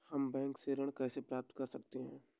हम बैंक से ऋण कैसे प्राप्त कर सकते हैं?